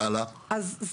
הלאה, בואו נקצר.